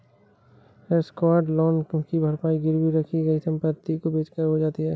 secured loan की भरपाई गिरवी रखी गई संपत्ति को बेचकर हो जाती है